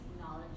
knowledge